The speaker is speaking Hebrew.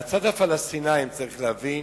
מהצד הפלסטיני, צריך להבין